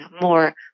more